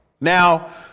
Now